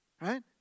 right